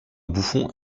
bouffon